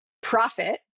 profit